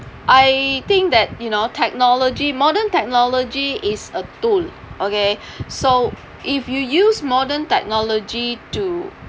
I think that you know technology modern technology is a tool okay so if you use modern technology to